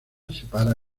separa